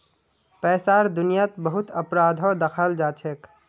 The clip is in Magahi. पैसार दुनियात बहुत अपराधो दखाल जाछेक